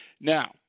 Now